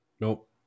Nope